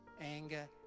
anger